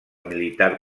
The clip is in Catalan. militar